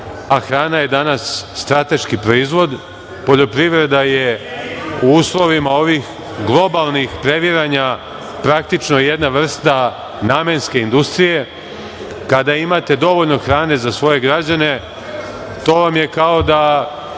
a hrana je danas strateški proizvod, poljoprivreda je u uslovima ovih globalnih previranja praktično jedna vrsta namenske industrije. Kada imate dovoljno hrane za svoje građane, to vam je kao da